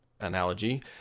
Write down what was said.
analogy